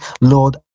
Lord